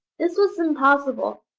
this was impossible.